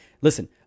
Listen